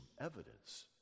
evidence